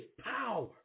power